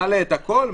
מעלה את הכול,